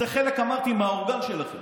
אמרתי, זה חלק מהאורגן שלכם.